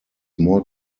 more